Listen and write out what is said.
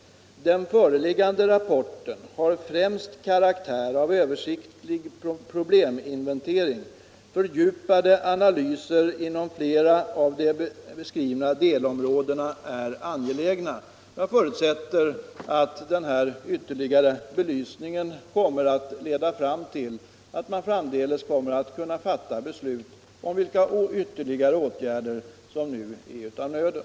Den föreliggande rapporten har främst karaktär av översiktlig probleminventering. Fördjupade analyser inom flera av de beskrivna delområdena är angelägna.” Jag förutsätter att den här ytterligare belysningen kommer att leda fram till att man framdeles kan fatta beslut om vilka vidare åtgärder som är av nöden.